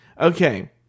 Okay